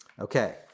Okay